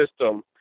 system